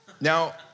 Now